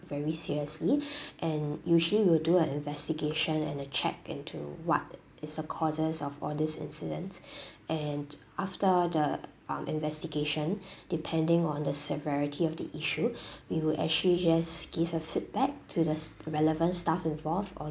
very seriously and usually we'll do an investigation and a check into what is the causes of all this incidents and after the um investigation depending on the severity of the issue we will actually just give a feedback to the st~ relevant staff involved or